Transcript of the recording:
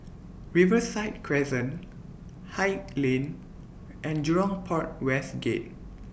Riverside Crescent Haig Lane and Jurong Port West Gate